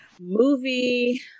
movie